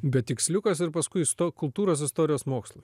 bet tiksliukas ir paskui su tuo kultūros istorijos mokslu